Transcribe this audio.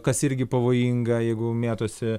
kas irgi pavojinga jeigu mėtosi